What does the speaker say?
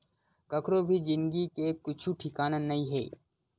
कखरो भी जिनगी के कुछु ठिकाना नइ हे